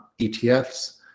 etfs